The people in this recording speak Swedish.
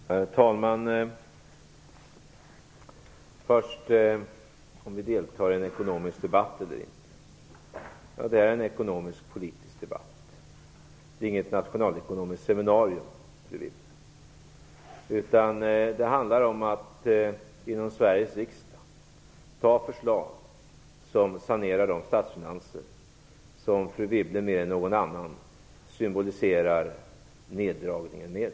Herr talman! Först till detta med om vi deltar i en ekonomisk debatt eller inte. Ja, det är en ekonomiskpolitisk debatt - inget nationalekonomiskt seminarium, fru Wibble! Det handlar om att i Sveriges riksdag ta förslag som sanerar de statsfinanser som fru Wibble mer än någon annan symboliserar neddragningen med.